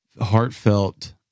heartfelt